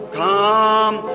come